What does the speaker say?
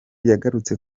yagarutse